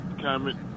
comment